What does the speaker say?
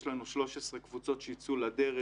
יש לנו 13 קבוצות שיצאו לדרך,